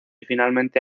finalmente